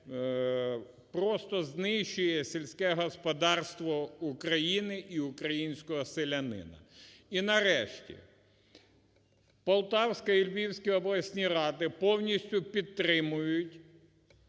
просто знищує сільське господарство України і українського селянина. І нарешті. Полтавська і Львівська обласні ради повністю підтримують